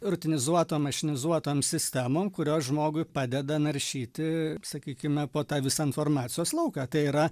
rutinizuotom mašinizuotom sistemom kurios žmogui padeda naršyti sakykime po tą visą informacijos lauką tai yra